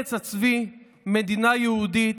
ארץ הצבי, מדינה יהודית,